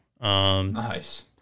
Nice